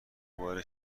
بار